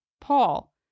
Paul